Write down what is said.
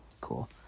Cool